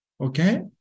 okay